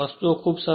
વસ્તુઓ ખૂબ જ સરળ છે